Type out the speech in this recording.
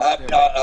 שמתממש.